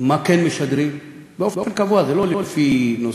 מה כן משדרים, באופן קבוע, לא לפי נושא,